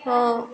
ହଁ